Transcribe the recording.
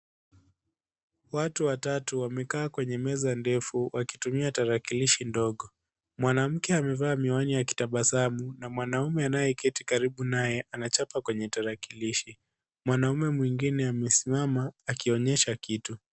Watu watatu wamekaa kwenye meza ndefu wakitumia tarakilishi ndogo. Mwanamke amevaa miwani akitabasamu, na mwanaume anayeketi karibu naye anachapa kwenye tarakilishi. Mwanaume mwingine amesimama akionyesha kitu.